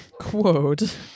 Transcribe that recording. quote